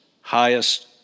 highest